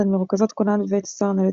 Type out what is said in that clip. הן מרוכזות כולן בבית הסוהר "נווה תרצה",